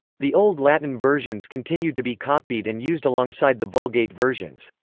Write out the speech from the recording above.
the old latin versions continued to be copied and used alongside the vulgate versions.